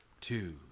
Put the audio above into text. two